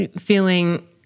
feeling